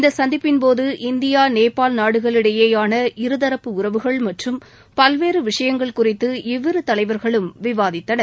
இந்த சந்திப்பின்போது இந்தியா நேபாள் நாடுகளிடையேயான இருதரப்பு உறவுகள் மற்றும் பல்வேறு விஷயங்கள் குறித்து இவ்விரு தலைவர்களும் விவாதித்தனர்